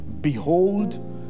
behold